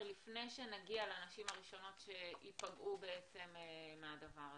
לפני שנגיע לנשים הראשונות שייפגעו מהדבר הזה.